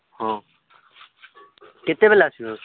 ହଁ କେତେବେଳେ ଆସିବେ